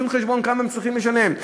עשו חשבון כמה הם צריכים לשלם.